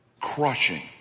crushing